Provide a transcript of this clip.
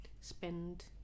spend